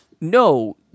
no